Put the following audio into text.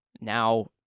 Now